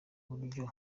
buryo